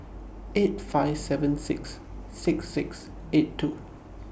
eight five seven six six six eight two